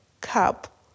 Cup